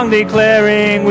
declaring